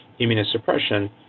immunosuppression